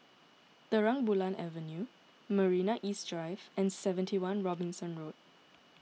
Terang Bulan Avenue Marina East Drive and seventy one Robinson Road